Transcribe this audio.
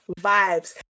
vibes